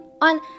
on